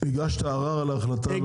הגשת ערר על ההחלטה?